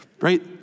right